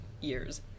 years